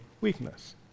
weakness